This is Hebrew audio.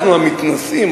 אנחנו המתנשאים,